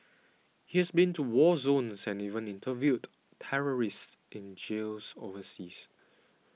he has been to war zones and even interviewed terrorists in jails overseas